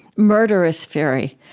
murderous fury,